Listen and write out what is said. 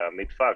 להעמיד פקס.